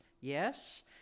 Yes